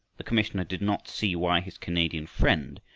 the commissioner did not see why his canadian friend,